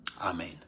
Amen